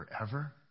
forever